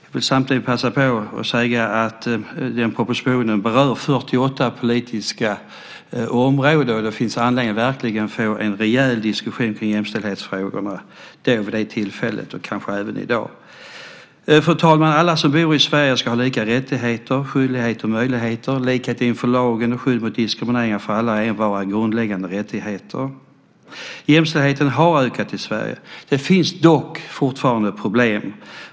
Jag vill passa på att säga att propositionen berör 48 politiska områden, så det finns verkligen anledning att få en rejäl diskussion om jämställdhetsfrågorna vid det tillfället - och kanske även i dag. Fru talman! Alla som bor i Sverige ska ha lika rättigheter, skyldigheter och möjligheter. Likhet inför lagen och skydd mot diskriminering för alla och envar är grundläggande rättigheter. Jämställdheten har ökat i Sverige. Dock finns det fortfarande problem.